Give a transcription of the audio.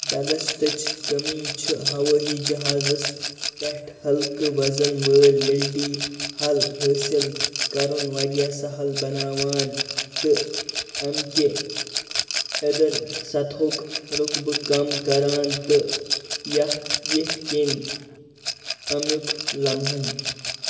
بسلسٹٕچ کٔمِی چھِ ہوٲئی جہازَس پٮ۪ٹھ ہلکہٕ وزن وٲلۍ ملٹی ہل حٲصِل کرُن واریاہ سہل بناوان تہٕ امکہِ أدٕر سطحُک رقبہٕ کم کران تہٕ یَتھ ییٚتھۍ کِنۍ امیُک لَمحَن